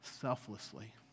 selflessly